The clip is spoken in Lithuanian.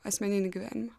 asmeninį gyvenimą